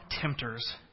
tempters